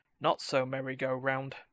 not-so-merry-go-round